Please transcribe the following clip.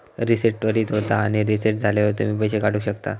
reset त्वरीत होता आणि रीसेट झाल्यावर तुम्ही पैशे काढु शकतास